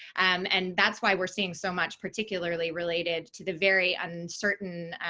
and that's why we're seeing so much, particularly, related to the very uncertain,